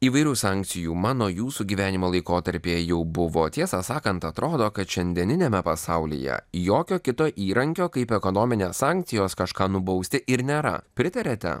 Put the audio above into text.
įvairių sankcijų mano jūsų gyvenimo laikotarpyje jau buvo tiesą sakant atrodo kad šiandieniniame pasaulyje jokio kito įrankio kaip ekonominės sankcijos kažką nubausti ir nėra pritariate